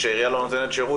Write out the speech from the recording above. כשהעירייה לא נותנת שירות,